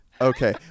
Okay